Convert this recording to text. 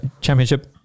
championship